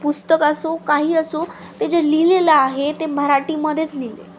पुस्तक असो काही असो ते जे लिहिलेलं आहे ते मराठीमध्येच लिहिले आहे